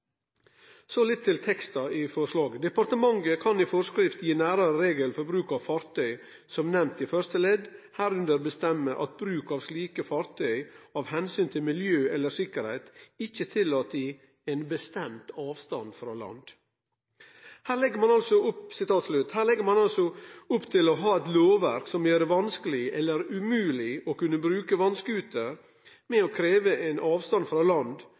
Så til teksta i forslaget: «Departementet kan i forskrift gi nærmere regler for bruk av fartøy som nevnt i første ledd, herunder bestemme at bruk av slike fartøyer av hensyn til miljø eller sikkerhet ikke er tillatt i en bestemt avstand fra land…» Her legg ein altså opp til å ha eit lovverk som gjer det vanskeleg eller umogleg å bruke vass-scooter gjennom å krevje ein avstand frå land,